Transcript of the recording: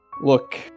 Look